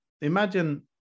Imagine